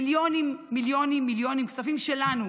מיליונים מיליונים מיליונים, כספים שלנו,